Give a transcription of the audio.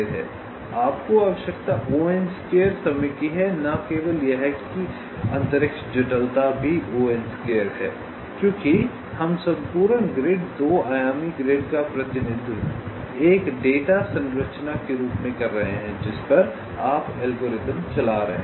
आपको आवश्यकता समय की है न केवल यह कि अंतरिक्ष जटिलता भी है क्योंकि हम संपूर्ण ग्रिड 2 आयामी ग्रिड का प्रतिनिधित्व एक डेटा संरचना के रूप में कर रहे हैं जिस पर आप एल्गोरिथ्म चला रहे हैं